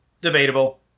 Debatable